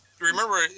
remember